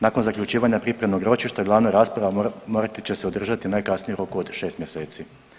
Nakon zaključivanja pripremnog ročišta glavna rasprava morati će se održati najkasnije u roku od šest mjeseci.